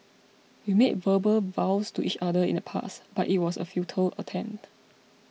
we made verbal vows to each other in the past but it was a futile attempt